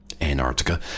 Antarctica